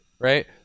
right